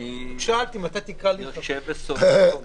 אני יושב וסובל פה בשקט.